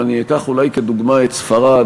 ואני אקח אולי כדוגמה את ספרד,